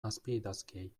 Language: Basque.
azpiidazkiei